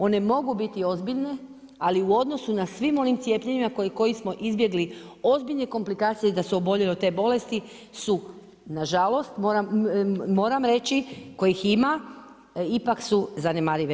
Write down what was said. One mogu biti ozbiljne, ali u odnosu na svim onim cjepivima kojim smo izbjegli ozbiljne komplikacije i da su oboljeli od te bolesti su na žalost, moram reći kojih ima ipak su zanemarive.